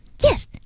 Yes